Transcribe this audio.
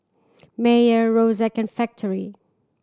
Mayer Xorex and Factorie